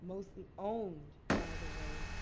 mostly owned, by the way.